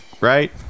right